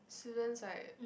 students right